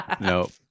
Nope